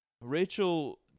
Rachel